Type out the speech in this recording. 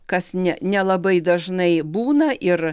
kas ne nelabai dažnai būna ir